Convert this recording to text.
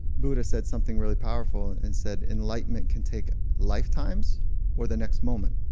buddha said something really powerful and said enlightenment can take lifetimes or the next moment.